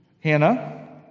Hannah